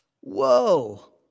Whoa